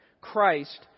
Christ